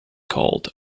called